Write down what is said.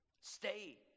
Stay